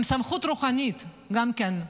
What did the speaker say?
הם סמכות רוחנית, גם כן,